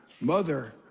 mother